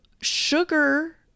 sugar